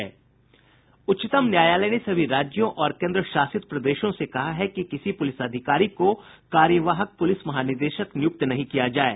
उच्चतम न्यायालय ने सभी राज्यों और केन्द्रशासित प्रदेशों से कहा है कि किसी पुलिस अधिकारी को कार्यवाहक पुलिस महानिदेशक नियुक्त नहीं किया जाये